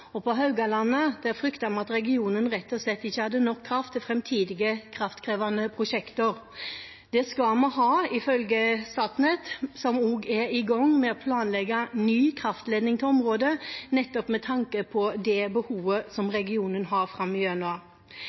og på Haugalandet fryktet vi at regionen rett og slett ikke hadde nok kraft til framtidige kraftkrevende prosjekter. Det skal vi ha, ifølge Statnett, som også er i gang med å planlegge ny kraftledning til området, nettopp med tanke på det behovet som regionen har